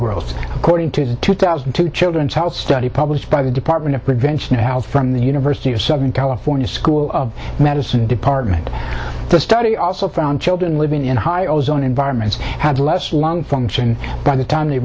growth according to a two thousand and two children's health study published by the department of prevention from the university of southern california school of medicine department the study also found children living in high ozone environments have less lung function by the time they